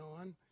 on